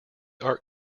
art